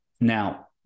Now